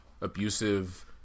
Abusive